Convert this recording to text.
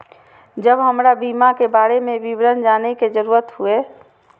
जब हमरा बीमा के बारे में विवरण जाने के जरूरत हुए?